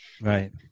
Right